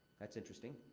that's interesting.